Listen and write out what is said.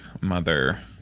mother